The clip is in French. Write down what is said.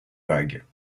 vagues